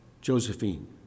Josephine